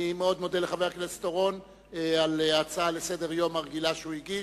אני מאוד מודה לחבר הכנסת אורון על ההצעה הרגילה לסדר-היום שהוא הגיש.